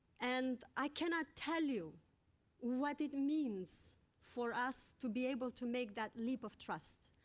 and i cannot tell you what it means for us to be able to make that leap of trust.